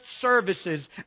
services